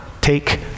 take